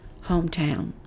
hometown